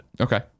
Okay